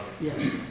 Yes